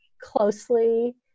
closely